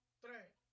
tres